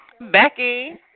Becky